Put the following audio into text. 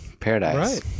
paradise